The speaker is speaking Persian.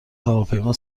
هواپیما